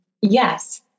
yes